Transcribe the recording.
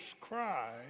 cry